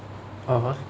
(uh huh)